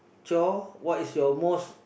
chore what is your most